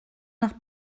nach